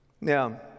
Now